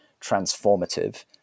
transformative